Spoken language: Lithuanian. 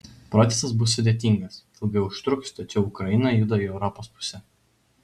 procesas bus sudėtingas ilgai užtruks tačiau ukraina juda į europos pusę